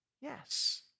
yes